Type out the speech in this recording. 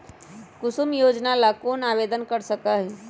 कुसुम योजना ला कौन आवेदन कर सका हई?